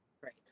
Great